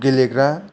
गेलेग्रा